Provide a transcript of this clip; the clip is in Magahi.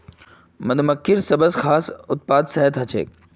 मधुमक्खिर सबस खास उत्पाद शहद ह छेक